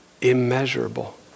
immeasurable